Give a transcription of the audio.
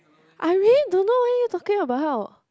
I really don't know what are you talking about